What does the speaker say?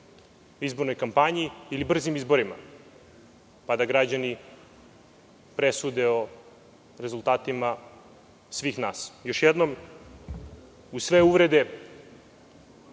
izbornoj kampanji ili brzim izborima, pa da građani presude o rezultatima svih nas. Još jednom, uz sve uvrede,